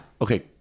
Okay